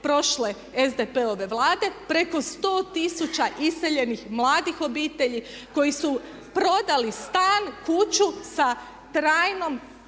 prošle SDP-ove Vlade. Preko sto tisuća iseljenih mladih obitelji koji su prodali stan, kuću sa trajnom